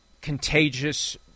contagious